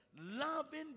loving